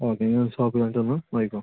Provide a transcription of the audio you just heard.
okay നിങ്ങൾ ഷോപ്പിലോട്ട് വന്ന് വാങ്ങിക്കോ